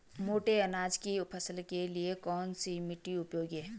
मोटे अनाज की फसल के लिए कौन सी मिट्टी उपयोगी है?